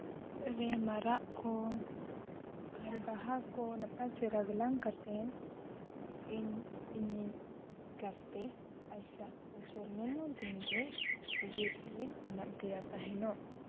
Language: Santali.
ᱨᱮ ᱢᱟᱨᱟᱜ ᱠᱚ ᱟᱨ ᱵᱟᱦᱟ ᱠᱚ ᱱᱟᱯᱟᱭ ᱪᱮᱦᱨᱟ ᱜᱟᱞᱟᱝ ᱠᱟᱛᱮᱫ ᱤᱧ ᱤᱧᱤᱡ ᱜᱟᱛᱮ ᱟᱡᱟᱜ ᱡᱚᱱᱢᱚ ᱫᱤᱱ ᱨᱮ ᱜᱤᱯᱷᱴᱤᱧ ᱮᱢᱟ ᱫᱮᱭᱟ ᱛᱟᱦᱮᱱᱚᱜ